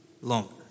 longer